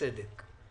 אני ביקשתי שתעשו צדק.